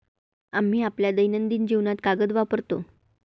आम्ही आपल्या दैनंदिन जीवनात कागद वापरतो